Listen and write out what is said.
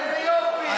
איזה יופי.